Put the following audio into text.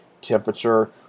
temperature